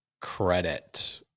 credit